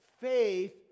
faith